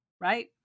right